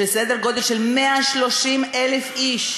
שזה סדר גודל של 130,000 איש,